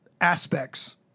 aspects